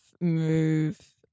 move